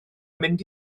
mynd